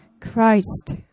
Christ